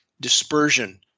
dispersion